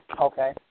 Okay